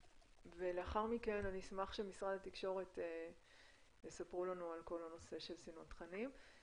ולאחר מכן אשמח שמשרד התקשורת יספרו לנו על כל הנושא של סינון תכנים.